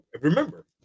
remember